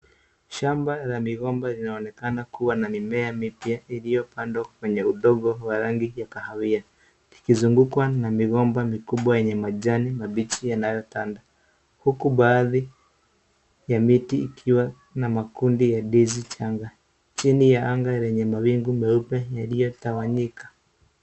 Shamba la migomba linaonekana kuwa na mimea mipya iliyopandwa kwenye udongo wa rangi ya kahawia ikizungukwa na migomba mikubwa yenye majani mabichi yanayotanda, huku baadhi ya miti ikiwa na makundi ya ndizi changa. Chini ya anga lenye mawingu meupe yaliyotawanyika.